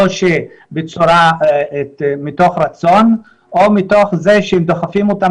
או מתוך רצון או מתוך זה שהם דוחפים אותם